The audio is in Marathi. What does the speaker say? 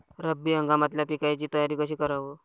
रब्बी हंगामातल्या पिकाइची तयारी कशी कराव?